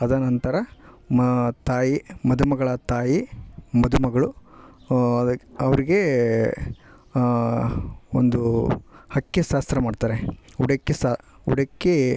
ಅದನಂತರ ಮ ತಾಯಿ ಮದುಮಗಳ ತಾಯಿ ಮದುಮಗಳು ಅದು ಅವರಿಗೇ ಒಂದು ಹಾಕಿ ಶಾಸ್ತ್ರ ಮಾಡ್ತಾರೆ ಉಡಕ್ಕಿ ಉಡಕ್ಕೀ